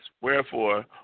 wherefore